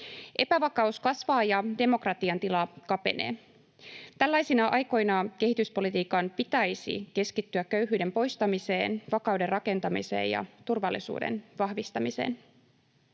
Epävakaus kasvaa, ja demokratian tila kapenee. Tällaisina aikoina kehityspolitiikan pitäisi keskittyä köyhyyden poistamiseen, vakauden rakentamiseen ja turvallisuuden vahvistamiseen.